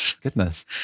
Goodness